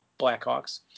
Blackhawks